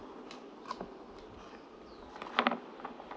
I don't want